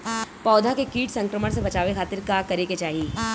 पौधा के कीट संक्रमण से बचावे खातिर का करे के चाहीं?